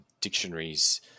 dictionaries